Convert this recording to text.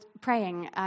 praying